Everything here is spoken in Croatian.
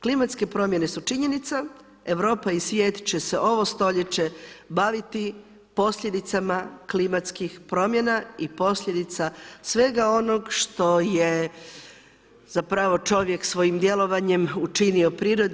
Klimatske promjene su činjenica, Europa i svijet će se ovo stoljeće baviti posljedicama klimatskih promjena i posljedica svega onog što je zapravo čovjek svojim djelovanjem učinio prirodi.